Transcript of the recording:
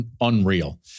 unreal